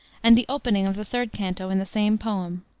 and the opening of the third canto in the same poem,